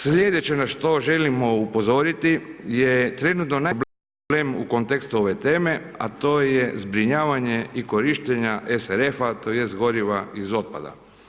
Slijedeće na što želimo upozoriti je trenutno najveći problem u kontekstu ove teme, a to je zbrinjavanje i korištenje SRF-a tj. goriva iz otpada.